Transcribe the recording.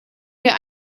wir